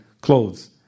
clothes